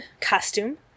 costume